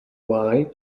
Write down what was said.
why